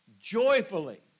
joyfully